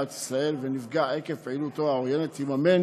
ישראל ונפגע עקב פעילותו העוינת יממן